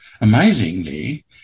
Amazingly